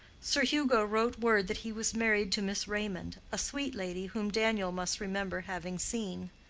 sir hugo wrote word that he was married to miss raymond, a sweet lady, whom daniel must remember having seen.